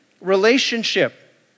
relationship